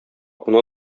куна